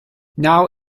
now